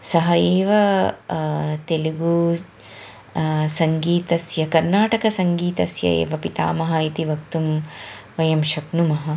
सः एव तेलुगु सङ्गीतस्य कर्नाटकसङ्गीतस्य एव पितामह इति वक्तुं वयं शक्नुमः